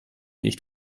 nicht